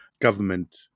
government